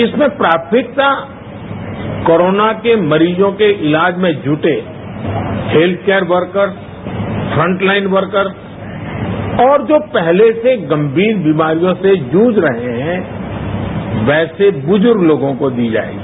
इसमें प्राथमिकता कोरोना मरीजों के इलाज में जुटे health care worker front line worker और जो पहले से गम्भीर बीमारियों से जूझ रहे हैं वैसे बुजुर्ग लोगों को दी जाएगी